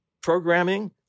programming